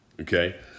okay